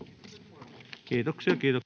Kiitos,